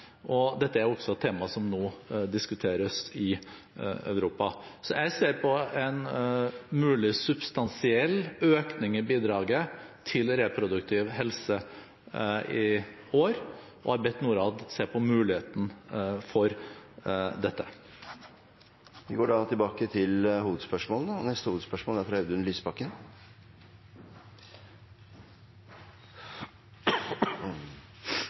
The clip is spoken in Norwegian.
og dette er også et tema som nå diskuteres i Europa. Så jeg ser på en mulig substansiell økning i bidraget til reproduktiv helse i år, og har bedt Norad se på muligheten for dette. Vi går videre til neste hovedspørsmål. Jeg er